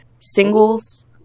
singles